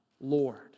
Lord